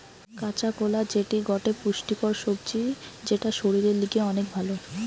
কাঁচা কোলা যেটি গটে পুষ্টিকর সবজি যেটা শরীরের লিগে অনেক ভাল